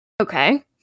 okay